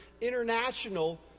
international